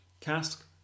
Cask